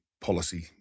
policy